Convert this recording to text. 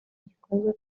gikunzwe